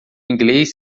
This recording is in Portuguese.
inglês